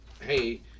hey